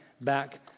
back